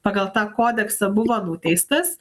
pagal tą kodeksą buvo nuteistas